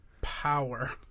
power